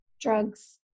drugs